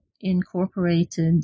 incorporated